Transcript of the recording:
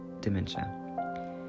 dementia